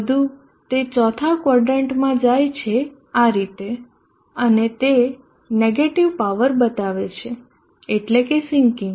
વધુ તે ચોથા ક્વોદરન્ટમાં જાય છે આ રીતે અને તે નેગેટીવ પાવર બતાવે છે એટલે કે સિન્કીંગ